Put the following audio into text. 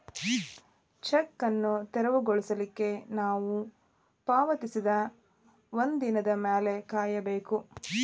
check ಅನ್ನು ತೆರವುಗೊಳಿಸ್ಲಿಕ್ಕೆ ನೇವು ಪಾವತಿಸಿದ ಒಂದಿನದ್ ಮ್ಯಾಲೆ ಕಾಯಬೇಕು